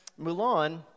Mulan